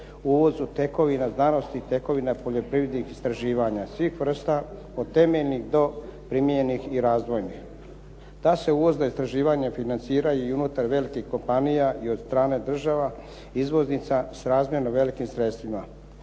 uvozu tekovina znanosti, tekovina poljoprivrednih istraživanja svih vrsta od temeljnih do primijenjenih i razdvojnih. Ta se uvozna istraživanja financiraju i unutar velikih kompanija i od strane država izvoznica s razmjerno velikim sredstvima.